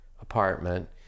apartment